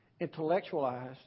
intellectualized